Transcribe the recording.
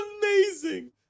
amazing